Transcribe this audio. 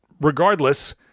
Regardless